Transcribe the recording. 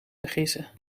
vergissen